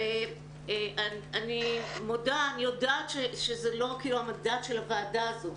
אני יודעת שזה לא המנדט של הוועדה הזו,